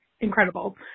incredible